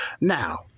Now